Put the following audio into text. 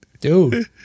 dude